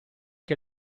che